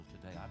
today